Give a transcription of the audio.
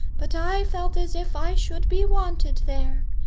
but i felt as if i should be wanted there.